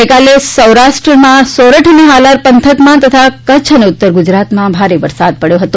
ગઇકાલે સૌરાષ્ટ્રમાં સોરઠ અને હાલાર પંથક તથા કચ્છ અને ઉત્તર ગુજરાતમાં ભારે વરસાદ પડ્યો હતો